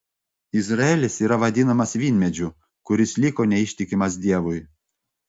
izraelis yra vadinamas vynmedžiu kuris liko neištikimas dievui